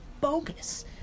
bogus